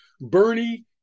Bernie